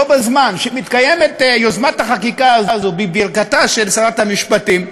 בו בזמן שמתקיימת יוזמת החקיקה הזאת בברכתה של שרת המשפטים,